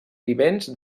vivents